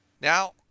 Now